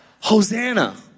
Hosanna